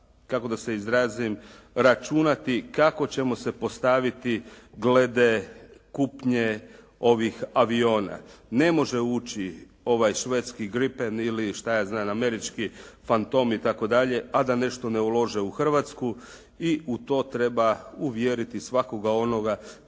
kako da se izrazim, računati kako ćemo se postaviti glede kupnje ovih aviona. Ne može ući ovaj švedski "gripen" ili šta ja znam američki "fantom" itd. a da nešto ne ulože u Hrvatsku i u to treba uvjeriti svakoga onoga tko